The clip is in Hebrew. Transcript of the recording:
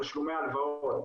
תשלומי הלוואות.